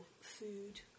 food